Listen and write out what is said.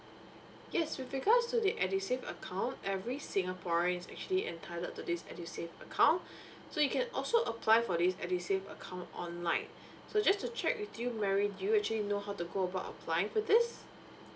yes with regards to the edusave account every singaporean is actually entitled to this edusave account so you can also apply for this edusave account online so just to check with you mary do you actually know how to go about applying for this